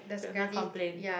kena complain